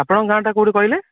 ଆପଣଙ୍କ ଗାଁ ଟା କେଉଁଠି କହିଲେ